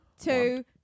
two